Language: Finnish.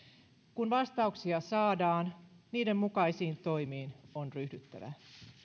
kun vastauksia saadaan niiden mukaisiin toimiin on ryhdyttävä